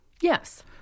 Yes